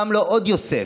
קם לו עוד יוסף,